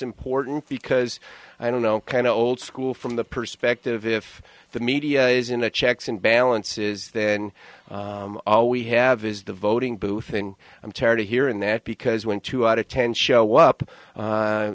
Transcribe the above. important because i don't know kind of old school from the perspective if the media is in a checks and balances then all we have is the voting booth and i'm tired of hearing that because when two out of ten show up